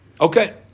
Okay